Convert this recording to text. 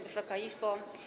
Wysoka Izbo!